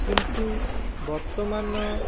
କିନ୍ତୁ ବର୍ତ୍ତମାନ